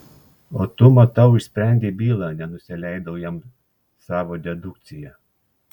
o tu matau išsprendei bylą nenusileidau jam savo dedukcija